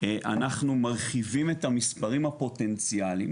אנחנו מרחיבים את המספרים הפוטנציאלים